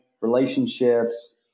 relationships